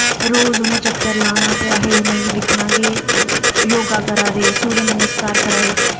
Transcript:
रोज उ'नें चक्कर लाना ते रोज असें दिक्खना योगा करा दे सुर्य नमस्कार करा दे